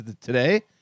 today